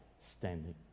standing